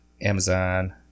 Amazon